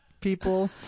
people